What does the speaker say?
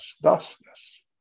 thusness